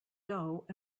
dough